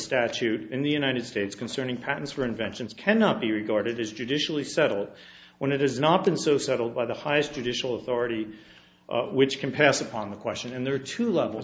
statute in the united states concerning patents for inventions cannot be regarded as judicially settled when it has not been so settled by the highest judicial authority which can pass upon the question and there are two levels